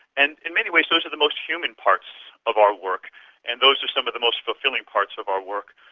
and in many ways those are the most human parts of our work and those are some of the most fulfilling parts of our work.